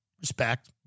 Respect